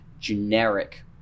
generic